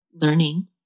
learning